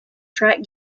track